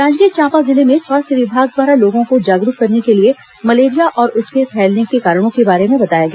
जांजगीर चांपा जिले में स्वास्थ्य विभाग द्वारा लोगों को जागरूक करने के लिए मलेरिया और उसके फैलने के कारणों के बारे में बताया गया